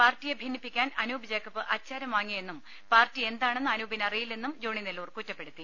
പാർട്ടിയെ ഭിന്നിപ്പിക്കാൻ അനൂപ് ജേക്കബ് അച്ചാരം വാങ്ങിയെന്നും പാർട്ടി എന്താണെന്ന് അനൂപിന് അറിയില്ലെന്നും ജോണി നെല്ലൂർ കുറ്റപ്പെടുത്തി